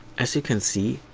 as you can see,